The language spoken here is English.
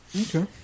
Okay